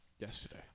Yesterday